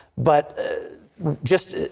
but ah just